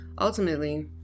ultimately